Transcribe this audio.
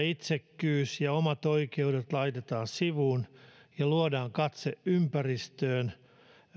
itsekkyys ja omat oikeudet laitetaan sivuun ja luodaan katse ympäristöön